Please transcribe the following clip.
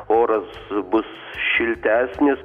oras bus šiltesnis